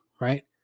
right